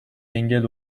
engel